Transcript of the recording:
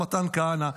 מתן כהנא,